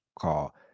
call